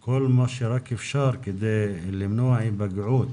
כל מה שרק אפשר כדי למנוע היפגעות